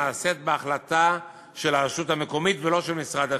נעשית בהחלטה של הרשות המקומית ולא של משרד החינוך.